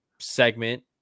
segment